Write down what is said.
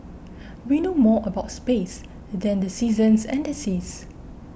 we know more about space than the seasons and the seas